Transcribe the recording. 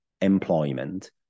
employment